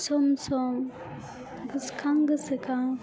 सम सम गोसोखां गोसोखां